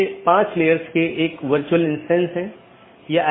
अन्यथा पैकेट अग्रेषण सही नहीं होगा